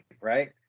right